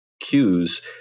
cues